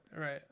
Right